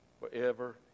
forever